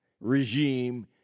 regime